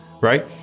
right